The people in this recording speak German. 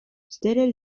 stelle